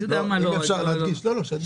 לגבי הרכב הוועדה,